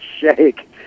shake